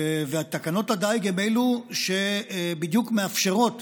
תקנות הדיג הן שבדיוק מאפשרות